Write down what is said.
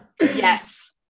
Yes